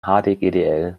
hdgdl